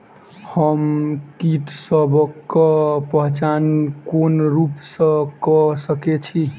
हम कीटसबक पहचान कोन रूप सँ क सके छी?